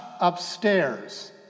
upstairs